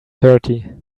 thirty